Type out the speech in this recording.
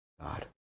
God